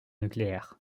nucléaire